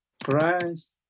price